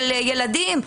של ילדים,